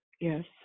Yes